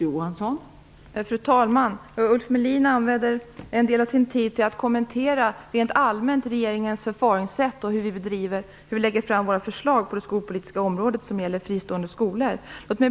Fru talman! Ulf Melin använder en del av sin tid till att rent allmänt kommentera regeringens förfaringssätt på det skolpolitiska området och hur vi lägger fram våra förslag när det gäller fristående skolor.